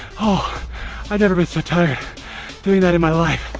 ah i've never been so tired of doing that in my life!